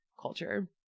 culture